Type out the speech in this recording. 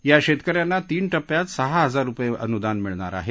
या शेतकऱ्यांना तीन टप्प्यात सहा हजार रुपये अनुदान मिळणार आहे